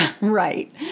Right